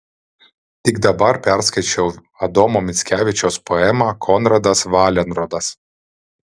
tik dabar perskaičiau adomo mickevičiaus poemą konradas valenrodas